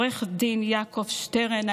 לעו"ד יעקב שטרן,